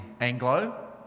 Anglo